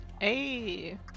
Hey